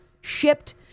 shipped